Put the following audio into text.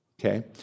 Okay